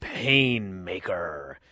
Painmaker